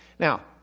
Now